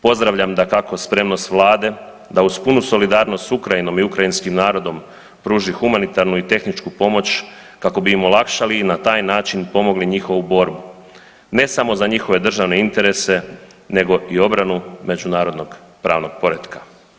Pozdravljam dakako, spremnost Vlade da uz punu solidarnost s Ukrajinom i ukrajinskim narodom pruži humanitarnu i tehničku pomoć kako bi im olakšali i na taj način pomogli njihovu borbu, ne samo za njihove državne interese, nego i obranu međunarodnog pravnog poretka.